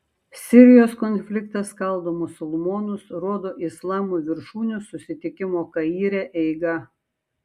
sirijos konfliktas skaldo musulmonus rodo islamo viršūnių susitikimo kaire eiga